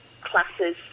classes